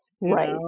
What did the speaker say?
right